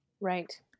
Right